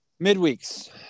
midweeks